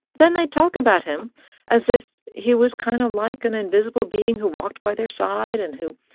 then they'd talk about him as if he was kind of like an invisible being who walked by their side and who,